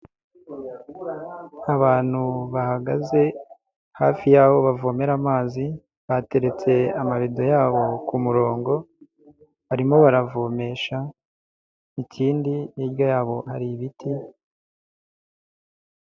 Abantu bahagaze hafi yaho bavomera amazi bateretse amabido yabo ku murongo, barimo baravomesha ikindi hirya yabo hari ibiti.